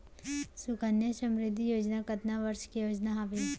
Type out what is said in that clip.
सुकन्या समृद्धि योजना कतना वर्ष के योजना हावे?